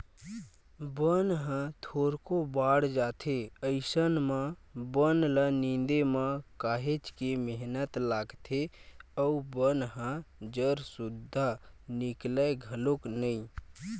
बन ह थोरको बाड़ जाथे अइसन म बन ल निंदे म काहेच के मेहनत लागथे अउ बन ह जर सुद्दा निकलय घलोक नइ